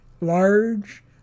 Large